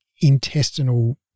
intestinal